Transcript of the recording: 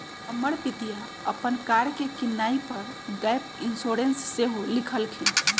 हमर पितिया अप्पन कार के किनाइ पर गैप इंश्योरेंस सेहो लेलखिन्ह्